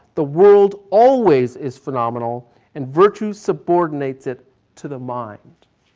the world always is phenomenal and virtue subordinates it to the mind.